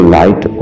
light